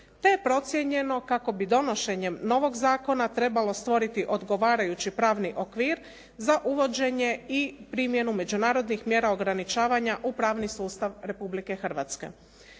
te je procijenjeno kako bi donošenjem novog zakona trebalo stvoriti odgovarajući pravni okvir za uvođenje i primjenu međunarodnih mjera ograničavanja u pravni sustav Republike Hrvatske.